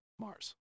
Mars